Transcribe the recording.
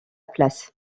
place